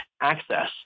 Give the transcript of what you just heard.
access